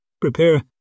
Prepare